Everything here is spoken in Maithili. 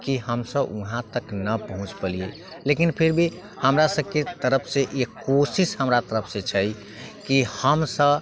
की हमसब वहाँ तक नहि पहुँच पौलियै लेकिन फिर भी हमरा सबके तरफसँ ई कोशिश हमरा तरफसँ छै की हमसब